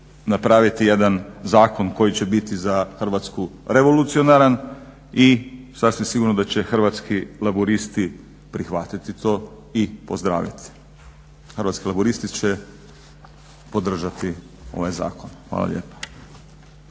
napraviti jedan zakon koji će biti za Hrvatsku revolucionaran i sasvim sigurno da će Hrvatski laburisti prihvatiti to i pozdraviti. Hrvatski laburisti će podržati ovaj zakon. Hvala lijepa.